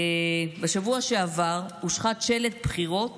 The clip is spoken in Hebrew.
בשבוע שעבר הושחת שלט בחירות